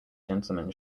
gentleman